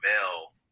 Bell